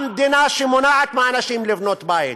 המדינה שמונעת מאנשים לבנות בית,